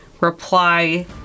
reply